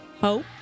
Hope